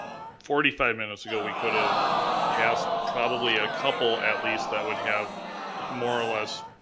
forty five minutes ago we could've passed probably a couple, at least, that would have more or less,